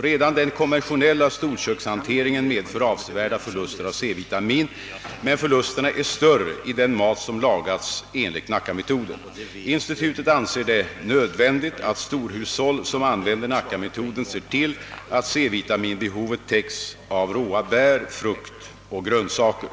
Redan den konventionella storkökshanteringen medför avsevärda förluster av C-vitamin, men förlusterna är större i den mat som lagats enligt Nackametoden. Institutet anser det nödvändigt att storhushåll som använder Nackametoden ser till att C vitaminbehovet täcks av råa bär, frukt och grönsaker.